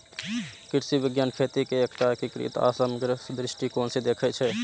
कृषि विज्ञान खेती कें एकटा एकीकृत आ समग्र दृष्टिकोण सं देखै छै